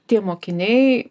tie mokiniai